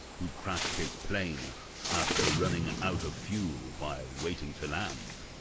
who crashed his plane after running out of fuel, while waiting to land.